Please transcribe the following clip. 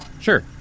Sure